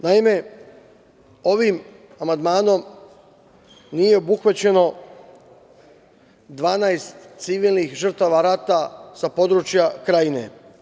Naime, ovim amandmanom nije obuhvaćeno 12 civilnih žrtava rata sa područja Krajine.